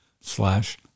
slash